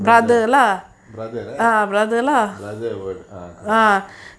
brother brother right brother would ah correct